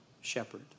shepherd